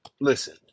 Listen